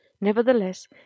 Nevertheless